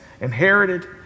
inherited